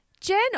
Jen